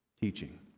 teaching